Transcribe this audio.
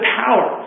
power